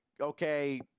okay